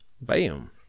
Bam